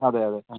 അതെ അതെ